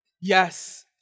yes